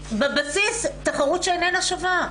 שהיא בבסיס תחרות שאיננה שווה.